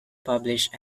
published